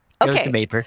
Okay